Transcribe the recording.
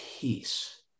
peace